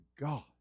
God